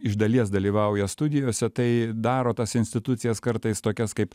iš dalies dalyvauja studijose tai daro tas institucijas kartais tokias kaip